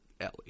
Ellie